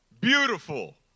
beautiful